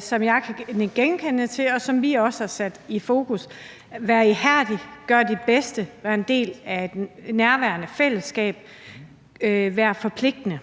som jeg kan nikke genkendende til, og som vi også har sat i fokus: Vær ihærdig, gør dit bedste, vær en del af det nærværende fællesskab, vær forpligtende.